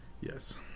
Yes